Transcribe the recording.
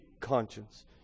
conscience